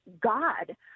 God